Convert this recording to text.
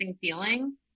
feeling